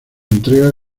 entrega